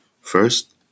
First